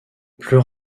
plus